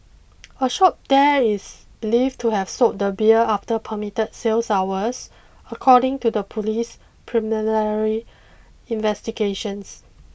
a shop there is believed to have sold the beer after permitted sales hours according to the police's preliminary investigations